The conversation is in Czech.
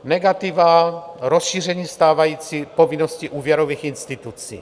Negativa: rozšíření stávající povinnosti úvěrových institucí.